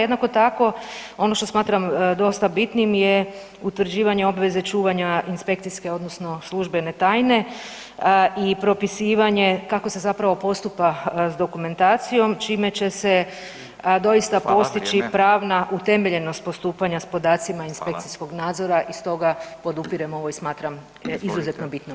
Jednako tako, ono što smatram dosta bitnim je utvrđivanje obveze čuvanja inspekcijske odnosno služben tajne i propisivanje kako se zapravo postupa s dokumentacijom, čime će se doista postići [[Upadica Radin: Hvala, vrijeme.]] pravna utemeljenost postupanja s podacima inspekcijskog nadzora, stoga podupirem ovo i smatram ... ove izmjene.